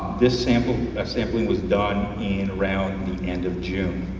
this sampling ah sampling was done and around the end of june.